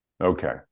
Okay